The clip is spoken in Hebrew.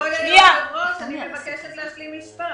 כבוד היושב-ראש, אני מבקשת להשלים משפט.